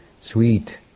sweet